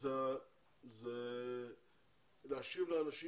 זה להשיב לאנשים.